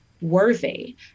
worthy